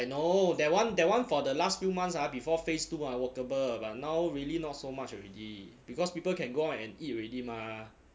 I know that one that one for the last few months ah before facebook ah workable but now really not so much already because people can go out and eat already mah